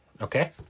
Okay